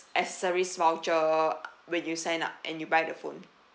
accessories voucher when you sign up and you buy the phone